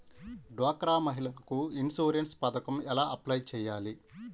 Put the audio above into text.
డ్వాక్రా మహిళలకు ఇన్సూరెన్స్ పథకం ఎలా అప్లై చెయ్యాలి?